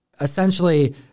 essentially